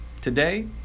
Today